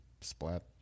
splat